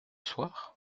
soir